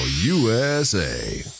USA